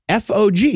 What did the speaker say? FOG